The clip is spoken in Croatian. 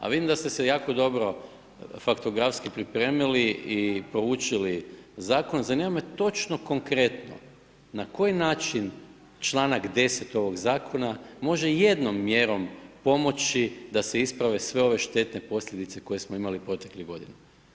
A vidim da ste se jako dobro faktografski pripremili i proučili zakon, zanima me točno konkretno na koji način članak 10. ovog zakona može jednom mjerom pomoći da se isprave sve ove štetne posljedice koje smo imali proteklih godina.